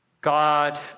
God